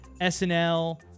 SNL